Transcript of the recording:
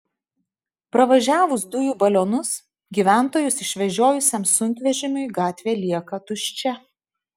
pravažiavus dujų balionus gyventojus išvežiojusiam sunkvežimiui gatvė lieka tuščia